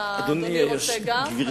אדוני רוצה גם?